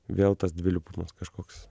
vėl tas dvilypumas kažkoks